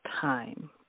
time